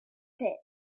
pit